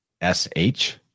S-H